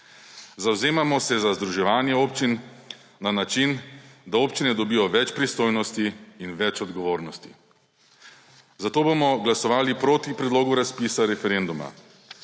Zavzemamo se za združevanje občin na način, da občine dobijo več pristojnosti in več odgovornosti. Zato bomo glasovali proti predlogu za razpisa referenduma.